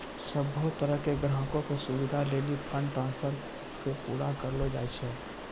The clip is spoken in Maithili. सभ्भे तरहो के ग्राहको के सुविधे लेली फंड ट्रांस्फर के पूरा करलो जाय छै